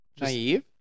Naive